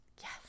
Yes